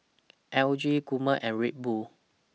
L G Gourmet and Red Bull